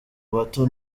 bato